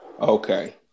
okay